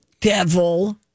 Devil